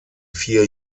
vier